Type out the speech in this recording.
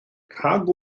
rhag